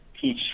teach